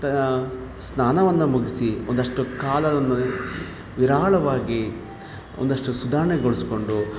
ತ ಸ್ನಾನವನ್ನು ಮುಗಿಸಿ ಒಂದಷ್ಟು ಕಾಲವನ್ನು ನೀರಾಳವಾಗಿ ಒಂದಷ್ಟು ಸುಧಾರಣೆಗೊಳಿಸ್ಕೊಂಡು